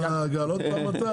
עוד פעם גל?